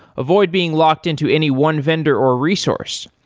avoid being locked-in to any one vendor or resource.